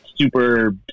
super